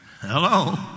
Hello